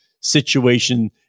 situation